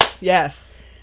Yes